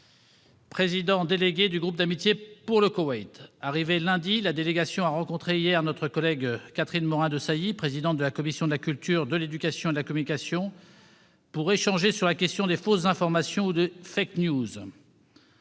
président délégué du groupe d'amitié pour le Koweït. Arrivée lundi, la délégation a rencontré, hier, notre collègue Catherine Morin-Desailly, présidente de la commission de la culture, de l'éducation et de la communication, pour échanger sur la question des fausses informations ou. Les députés